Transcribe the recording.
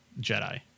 Jedi